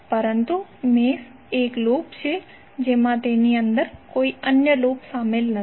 પરંતુ મેશ એક લૂપ છે જેમાં તેની અંદર કોઈ અન્ય લૂપ શામેલ નથી